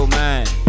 mind